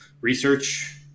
research